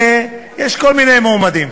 ויש כל מיני מועמדים.